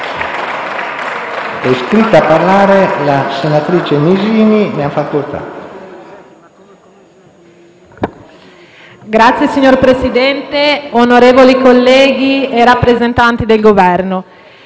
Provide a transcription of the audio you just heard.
Signor Presidente, onorevoli colleghi, rappresentanti del Governo,